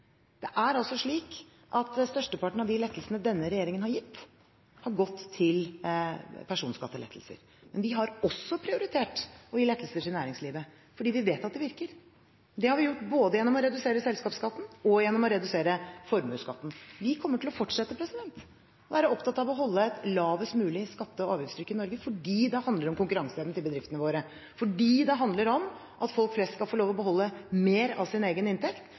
Det er slik at størsteparten av de lettelsene denne regjeringen har gitt, har vært personskattelettelser. Men vi har også prioritert å gi lettelser til næringslivet, fordi vi vet at det virker. Det har vi gjort både gjennom å redusere selskapsskatten og gjennom å redusere formuesskatten. Vi kommer til å fortsette å være opptatt av å holde et lavest mulig skatte- og avgiftstrykk i Norge fordi det handler om konkurranseevnen til bedriftene våre, fordi det handler om at folk flest skal få lov til å beholde mer av sin egen inntekt.